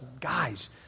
Guys